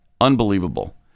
Unbelievable